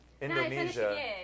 Indonesia